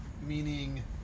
meaning